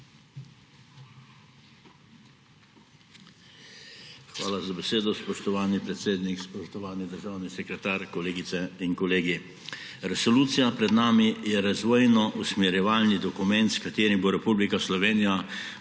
Hvala za besedo, spoštovani predsednik. Spoštovani državni sekretar, kolegice in kolegi! Resolucija pred nami je razvojno-usmerjevalni dokument, s katerim bo Republika Slovenija